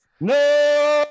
No